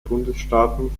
bundesstaaten